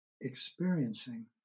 experiencing